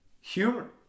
humor